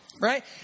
right